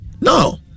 No